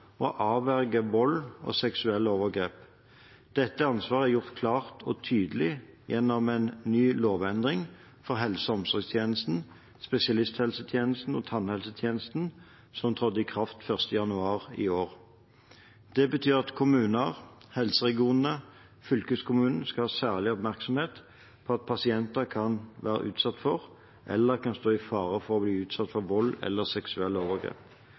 avverge vold og seksuelle overgrep. Dette ansvaret er gjort klart og tydelig gjennom en lovendring for helse- og omsorgstjenesten, spesialisthelsetjenesten og tannhelsetjenesten, som trådte i kraft 1. januar i år. Det betyr at kommunen, helseregionene og fylkeskommunen skal ha særlig oppmerksomhet på at pasienter kan være utsatt for – eller stå i fare for å bli utsatt for – vold eller seksuelle overgrep.